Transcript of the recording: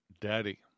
Daddy